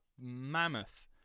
mammoth